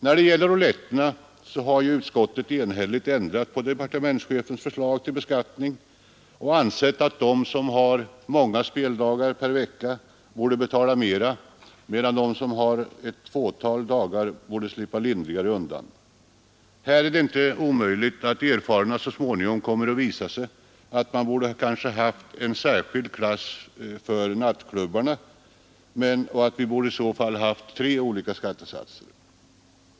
När det gäller rouletterna har ju utskottet enhälligt ändrat på departementschefens förslag till beskattning och ansett att de som har många speldagar per vecka borde betala mera, medan de som har ett fåtal dagar borde slippa lindrigare undan. Här är det inte omöjligt att erfarenheterna så småningom kommer att visa att man kanske borde ha haft en särskild klass för nattklubbarna och att vi i så fall borde ha haft tre olika skattesatser.